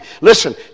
Listen